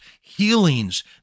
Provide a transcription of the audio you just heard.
healings